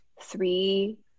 three